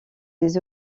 des